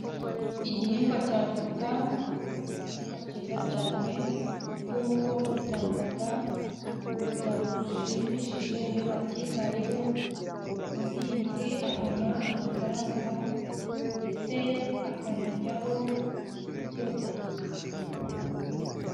Igihingwa cy'avoka ni igihingwa cyiza cyane, kuko gitangaga umusaruro ushimishije, iyo bacyitayeho, umuhinzi abona amafaranga, ndetse akanajyaho kuri izo voka.